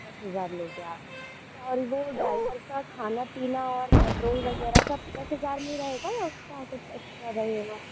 दस हज़ार लोगे आप और ड्राइवर का खाना पीना और पेट्रोल वगैरह सब दस हज़ार में ही रहेगा या उसका कुछ एक्स्ट्रा रहेगा